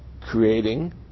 creating